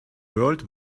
world